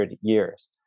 years